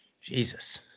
Jesus